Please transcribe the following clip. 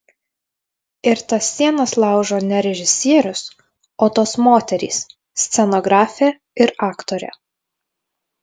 ir tas sienas laužo ne režisierius o tos moterys scenografė ir aktorė